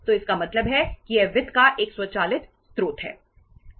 तो इसका मतलब है कि यह वित्त का एक स्वचालित स्रोत है